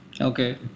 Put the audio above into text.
Okay